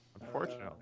Unfortunately